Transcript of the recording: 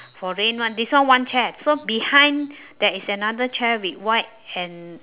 for rain one this one one chair so behind there is another chair with white and